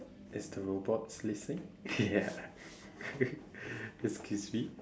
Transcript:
is the robot listening ya excuse me